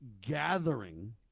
gathering